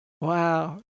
Wow